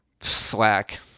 slack